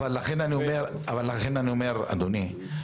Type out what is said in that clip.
אדוני,